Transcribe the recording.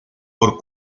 por